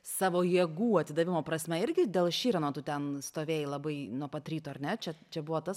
savo jėgų atidavimo prasme irgi dėl šyrano tu ten stovėjai labai nuo pat ryto ar ne čia čia buvo tas